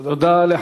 תודה.